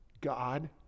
God